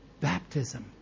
baptism